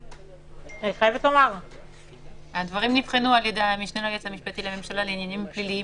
הדברים נבחנו על ידי המשנה ליועץ המשפטי לממשלה לעניינים פליליים,